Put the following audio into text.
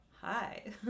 Hi